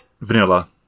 vanilla